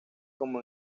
como